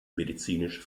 medizinisch